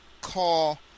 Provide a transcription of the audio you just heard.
call